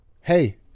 Hey